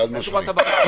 אפשר לדבר?